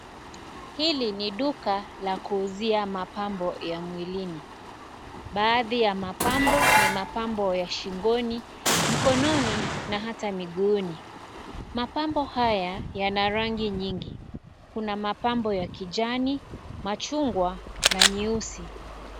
Hili ni duka la kuuzia mabambo ya mwilini. Baadhi ya mabambo, ni mabambo ya shingoni, mkononi na hata miguuni. Mabambo haya, yana rangi nyingi. Kuna mabambo ya kijani, machungwa na nyeusi.